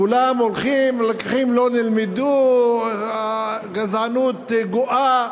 כולם הולכים, לקחים לא נלמדו, הגזענות גואה.